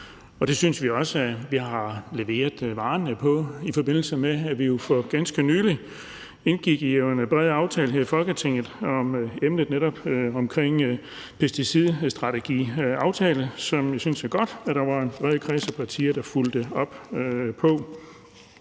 det synes vi også vi har leveret på, i forbindelse med at vi jo for ganske nylig indgik en bred aftale her i Folketinget omkring netop en pesticidstrategi, som jeg synes det er godt der var en bred kreds af partier der fulgte op på.